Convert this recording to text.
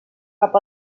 cap